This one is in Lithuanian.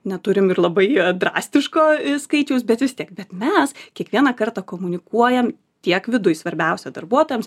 neturim ir labai drastiško skaičiaus bet vis tiek bet mes kiekvieną kartą komunikuojam tiek viduj svarbiausia darbuotojams